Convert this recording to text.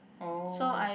oh